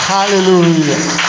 Hallelujah